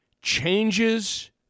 Changes